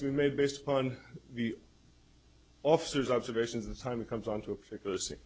is made based upon the officers observations of the time it comes on to a particular scene